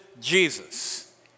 Jesus